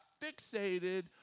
fixated